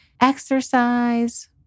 Exercise